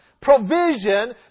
provision